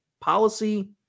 policy